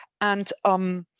and, um,